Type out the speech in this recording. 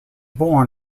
born